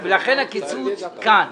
כן, לכן הקיצוץ כאן.